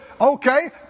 okay